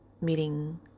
meeting